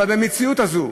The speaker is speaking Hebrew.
אבל במציאות הזו,